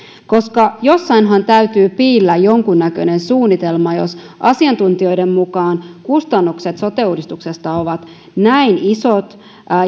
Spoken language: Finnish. jossainhan täytyy piillä jonkunnäköinen suunnitelma jos asiantuntijoiden mukaan kustannukset sote uudistuksesta ovat näin isot